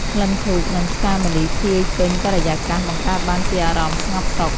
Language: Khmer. ក្លិនធូប និងផ្កាម្លិះភាយពេញបរិយាកាស បង្កើតបានជាអារម្មណ៍ស្ងប់សុខ។